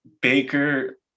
Baker –